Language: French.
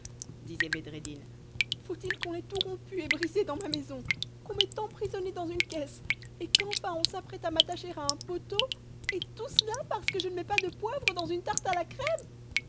disait bedreddin faut-il qu'on ait tout rompu et brisé dans ma maison qu'on m'ait emprisonné dans une caisse et qu'enfin on s'apprête à m'attacher à un poteau et tout cela parce que je ne mets pas de poivre dans une tarte à la crème